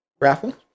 raffle